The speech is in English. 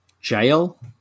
Jail